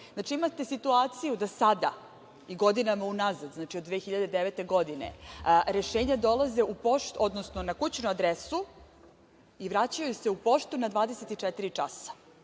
imate situaciju da sada, i godinama unazad, znači od 2009. godine, rešenja dolaze na kućnu adresu i vraćaju se u poštu na 24 časa.